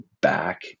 back